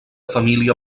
família